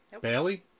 Bailey